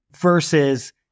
versus